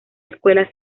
escuela